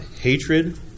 hatred